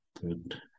good